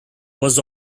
was